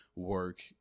Work